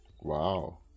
Wow